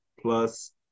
plus